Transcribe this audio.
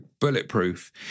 bulletproof